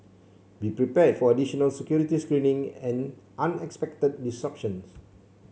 be prepared for additional security screening and unexpected disruptions